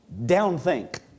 downthink